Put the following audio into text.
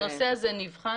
הנושא הזה נבחן.